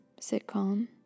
sitcom